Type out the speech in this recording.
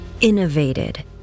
innovated